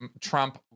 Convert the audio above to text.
Trump